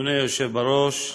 אדוני היושב בראש,